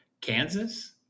Kansas